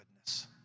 goodness